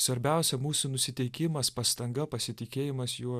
svarbiausia mūsų nusiteikimas pastanga pasitikėjimas juo